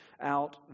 out